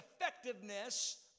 effectiveness